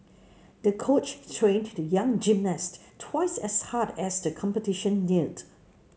the coach trained the young gymnast twice as hard as the competition neared